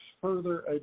further